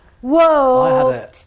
Whoa